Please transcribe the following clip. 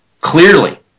clearly